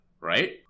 right